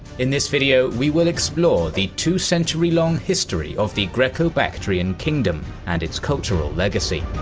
in this video, we will explore the two-century long history of the greco-bactrian kingdom, and its cultural legacy.